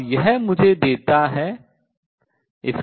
और यह मुझे देता है